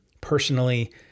Personally